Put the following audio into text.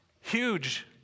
Huge